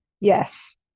Yes